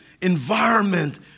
environment